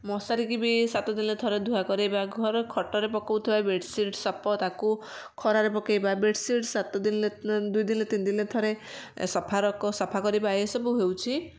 ମଶାରୀକି ବି ସାତ ଦିନରେ ଥରେ ଧୁଆ କରେଇବା ଘର ଖଟରେ ପକଉଥିବା ବେଡ଼ସିଟ ସପ ତାକୁ ଖରାରେ ପକେଇବା ବେଡ଼ସିଟ ସାତ ଦିନେ ଦୁଇ ଦିନେ ତିନି ଦିନେ ଥରେ ସଫା ରଖ ସଫା କରିବା ଏସବୁ ହେଉଛି